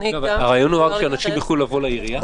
הרעיון הוא רק שאנשים יוכלו לבוא לעירייה?